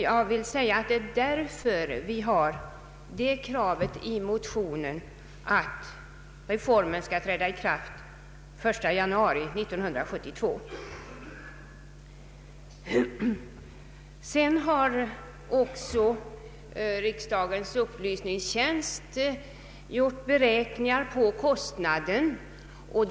Jag vill säga att det är därför vi kräver i motionen att reformen skall träda i kraft den 1 januari 1972. Riksdagens upplysningstjänst har gjort beräkningar av kostnaderna.